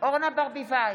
אורנה ברביבאי,